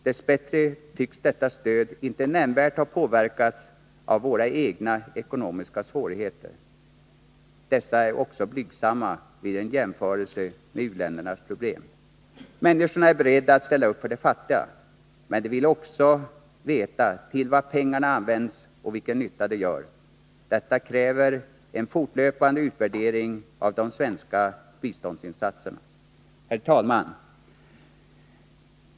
Dess bättre tycks detta stöd inte nämnvärt ha påverkats av våra egna ekonomiska svårigheter. Dessa är också blygsamma vid en jämförelse med u-ländernas problem. Människor är beredda att ställa upp för de fattiga. Men de vill också veta till vad pengarna används och vilken nytta de gör. Detta kräver en fortlöpande utvärdering av de svenska biståndsinsatserna. Herr talman!